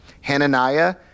Hananiah